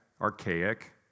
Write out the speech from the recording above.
archaic